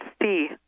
see